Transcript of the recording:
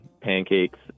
pancakes